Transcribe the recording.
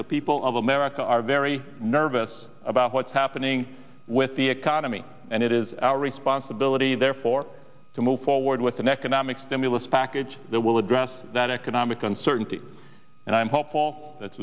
the people of america are very nervous about what's happening with economy and it is our responsibility therefore to move forward with an economic stimulus package that will address that economic uncertainty and i'm hopeful that